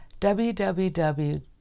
www